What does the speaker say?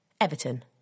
Everton